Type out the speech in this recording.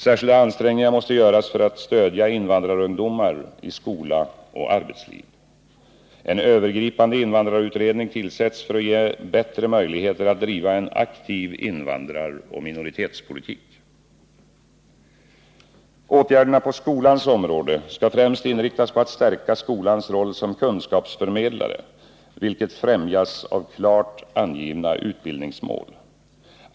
Särskilda ansträngningar måste göras för att stödja invandrarungdomar i skola och arbetsliv. En övergripande invandrarutredning tillsätts för att ge bättre möjligheter att driva en aktiv invandraroch minoritetspolitik. Åtgärderna på skolans område skall främst inriktas på att stärka skolans roll som kunskapsförmedlare, vilket främjas av klart angivna utbildningsmål.